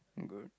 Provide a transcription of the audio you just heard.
good